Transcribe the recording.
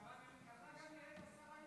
ככה גם נראה את השרה יותר.